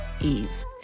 ease